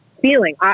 feeling